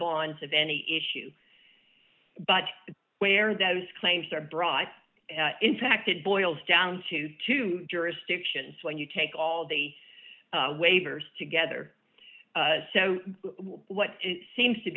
bonds of any issue but where those claims are brought in fact it boils down to two jurisdictions when you take all the waivers together so what seems to